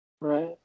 Right